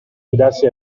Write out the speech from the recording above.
fidarsi